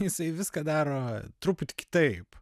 jisai viską daro truputį kitaip